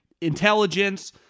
intelligence